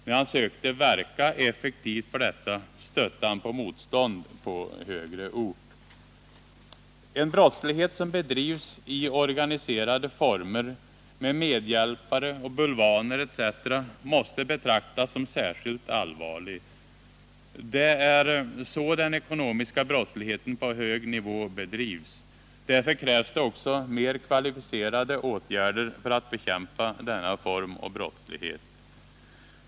När han sökte verka effektivt för detta stötte han på motstånd på högre ort. En brottslighet som bedrivs i organiserade former med medhjälpare och bulvaner måste betraktas som särskilt allvarlig. Det är så den ekonomiska brottsligheten på hög nivå bedrivs. Därför krävs mer kvalificerade åtgärder för att bekämpa denna form av brottslighet.